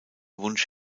wunsch